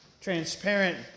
transparent